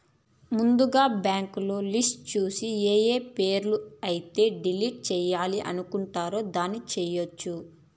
ముందుగా బ్యాంకులో లిస్టు చూసి ఏఏ పేరు అయితే డిలీట్ చేయాలి అనుకుంటారు దాన్ని చేయొచ్చు